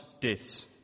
deaths